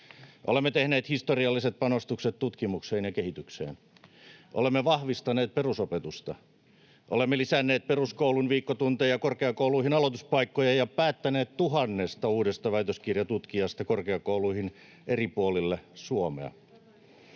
Olemme tehneet historialliset panostukset tutkimukseen ja kehitykseen. Olemme vahvistaneet perusopetusta. Olemme lisänneet peruskouluun viikkotunteja, korkeakouluihin aloituspaikkoja [Eduskunnasta: Asiaan!] ja päättäneet tuhannesta uudesta väitöskirjatutkijasta korkeakouluihin eri puolelle Suomea.